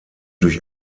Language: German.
durch